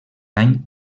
any